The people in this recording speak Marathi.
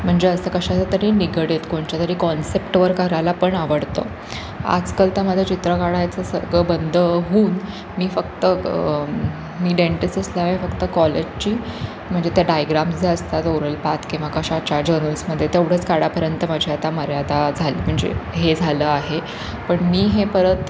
म्हणजे असं कशाच्या तरी निगडीत कोणच्यातरी कॉन्सेप्टवर करायला पण आवडतं आजकाल तर माझं चित्र काढायचं सगळं बंद होऊन मी फक्त मी डेंटिस असल्यामुळे फक्त कॉलेजची म्हणजे त्या डायग्राम्स जे असतात ओरलपात किंवा कशाच्या जनल्समध्ये तेवढंच काढापर्यंत माझी आता मर्यादा झाली म्हणजे हे झालं आहे पण मी हे परत